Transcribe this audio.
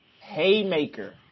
haymaker